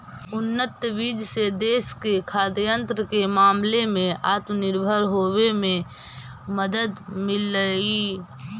उन्नत बीज से देश के खाद्यान्न के मामले में आत्मनिर्भर होवे में मदद मिललई